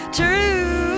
true